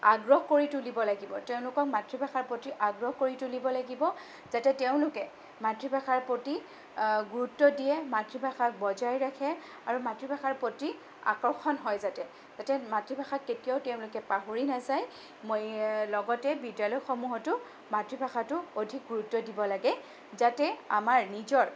আগ্ৰহ কৰি তুলিব লাগিব তেওঁলোকক মাতৃভাষাৰ প্ৰতি আগ্ৰহ কৰি তুলিব লাগিব যাতে তেওঁলোকে মাতৃভাষাৰ প্ৰতি গুৰুত্ব দিয়ে মাতৃভাষাক বজাই ৰাখে আৰু মাতৃভাষাৰ প্ৰতি আকৰ্ষণ হয় যাতে যাতে মাতৃভাষাক কেতিয়াও তেওঁলোকে পাহৰি নাযায় মই লগতে বিদ্যালয়সমূহতো মাতৃভাষাটোক অধিক গুৰুত্ব দিব লাগে যাতে আমাৰ নিজৰ